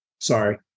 sorry